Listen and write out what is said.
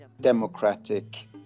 democratic